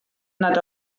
nad